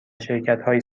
شرکتهایی